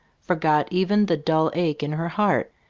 forgot even the dull ache in her heart,